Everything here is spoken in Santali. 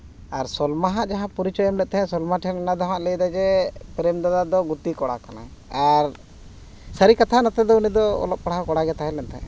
ᱟᱨ ᱥᱚᱞᱢᱟᱣᱟᱜ ᱡᱟᱦᱟᱸ ᱯᱚᱨᱤᱪᱚᱭᱮ ᱮᱢ ᱞᱮᱫ ᱛᱟᱦᱮᱸᱫ ᱥᱚᱞᱢᱟ ᱴᱷᱮᱱ ᱚᱱᱟ ᱫᱚ ᱦᱟᱸᱜ ᱞᱟᱹᱭᱫᱟᱭ ᱡᱮ ᱯᱨᱮᱹᱢ ᱫᱟᱫᱟ ᱫᱚ ᱜᱩᱛᱤ ᱠᱚᱲᱟ ᱠᱟᱱᱟᱭ ᱟᱨ ᱥᱟᱹᱨᱤ ᱠᱟᱛᱷᱟ ᱱᱚᱛᱮ ᱫᱚ ᱩᱱᱤ ᱫᱚ ᱚᱞᱚᱜ ᱯᱟᱲᱦᱟᱣ ᱠᱚᱲᱟ ᱜᱮ ᱛᱟᱦᱮᱸ ᱞᱮᱱ ᱛᱟᱦᱮᱸᱫᱼᱮ